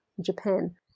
Japan